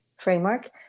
framework